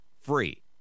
free